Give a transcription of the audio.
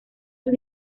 sus